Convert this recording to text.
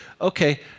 Okay